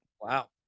Wow